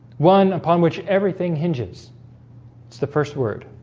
one upon which everything hinges it's the first word